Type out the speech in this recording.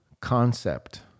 concept